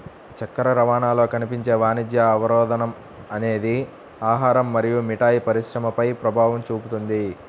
చక్కెర రవాణాలో కనిపించే వాణిజ్య అవరోధం అనేది ఆహారం మరియు మిఠాయి పరిశ్రమపై ప్రభావం చూపుతుంది